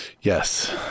yes